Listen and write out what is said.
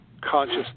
conscious